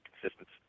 consistency